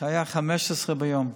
כשהיו 15 ביום.